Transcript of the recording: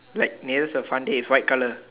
like nearest to the fun day is white colour